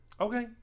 Okay